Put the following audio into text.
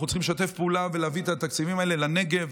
אנחנו צריכים לשתף פעולה ולהביא את התקציבים האלה לנגב,